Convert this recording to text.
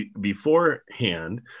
beforehand